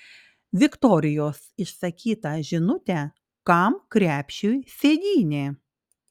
viktorijos išsakytą žinutę kam krepšiui sėdynė